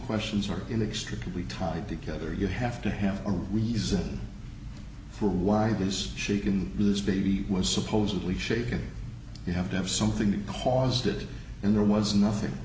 questions are inextricably tied together you have to have a reason for why this shaking this baby was supposedly shaken you have to have something that caused it and there was nothing